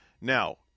Now